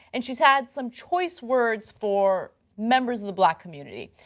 and she had some choice words for members of the black community.